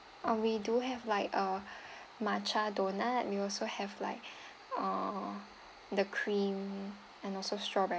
oh we do have like uh matcha donut we also have like uh the cream and also strawberry